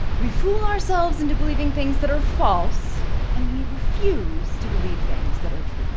we fool ourselves into believing things that are false and we refuse to believe things that are true